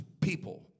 people